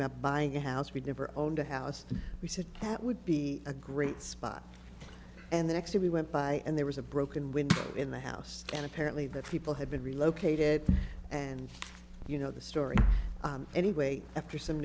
about buying a house we've never owned a house we said that would be a great spot and the next day we went by and there was a broken window in the house and apparently the people had been relocated and you know the story anyway after some